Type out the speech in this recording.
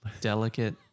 delicate